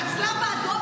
והצלב האדום,